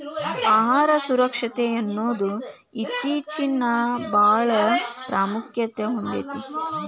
ಆಹಾರ ಸುರಕ್ಷತೆಯನ್ನುದು ಇತ್ತೇಚಿನಬಾಳ ಪ್ರಾಮುಖ್ಯತೆ ಹೊಂದೈತಿ